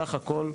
בסך הכל,